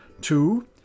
Two